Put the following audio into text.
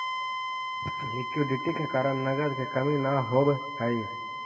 liquidity के कारण नगद के कमी न होवऽ हई